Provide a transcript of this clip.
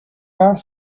are